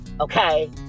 Okay